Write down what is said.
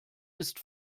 ist